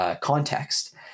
context